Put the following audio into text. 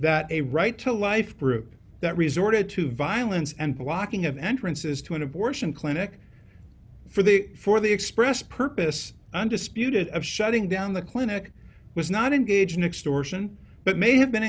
that a right to life group that resorted to violence and blocking of entrances to an abortion clinic for the for the express purpose undisputed of shutting down the clinic was not engage an extortion but may have been